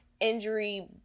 injury